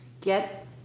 get